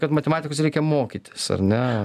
kad matematikos reikia mokytis ar ne